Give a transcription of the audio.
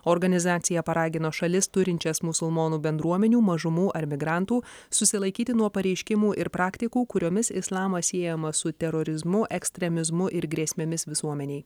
organizacija paragino šalis turinčias musulmonų bendruomenių mažumų ar migrantų susilaikyti nuo pareiškimų ir praktikų kuriomis islamas siejamas su terorizmu ekstremizmu ir grėsmėmis visuomenei